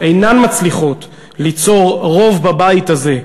אינן מצליחות ליצור רוב בבית הזה,